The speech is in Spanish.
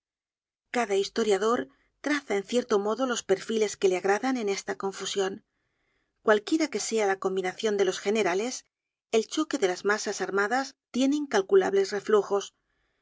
cada historiador traza en cierto modo los perfiles que le agradan en esta confusion cualquiera que sea la combinacion de los generales el choque de las masas armadas tiene incalculables reflujos